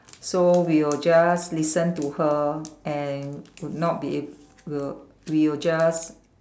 so we will just listen to her and would not be ab~ will we will just